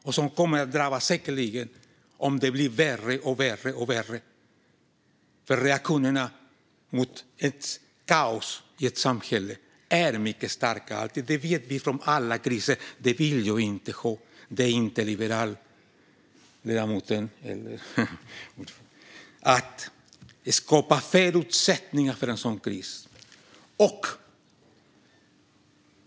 De kommer säkerligen att drabbas om det blir allt värre. Reaktionerna mot ett kaos i ett samhälle är mycket starka. Det vet vi från alla kriser. Det vill jag inte ha. Det är inte liberalt, ledamoten, att skapa förutsättningar för en sådan kris.